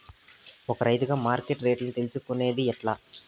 ఒక రైతుగా మార్కెట్ రేట్లు తెలుసుకొనేది ఎట్లా?